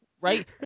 right